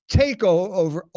takeover